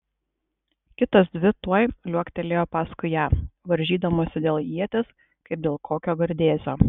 kitos dvi tuoj liuoktelėjo paskui ją varžydamosi dėl ieties kaip dėl kokio gardėsio